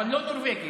אבל לא נורבגי.